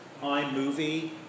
iMovie